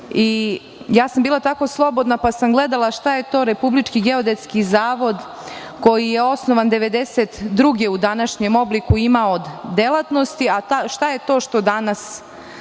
sam tako slobodna, pa sam gledala šta je to Republički geodetski zavod koji je osnovan 1992. godine u današnjem obliku imao od delatnosti, a šta je to što danas